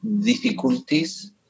difficulties